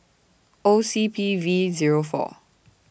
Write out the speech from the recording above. O C P V Zero four